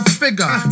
figure